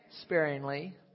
sparingly